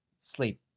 sleep